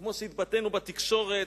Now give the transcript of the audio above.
וכמו שהתבטאנו בתקשורת,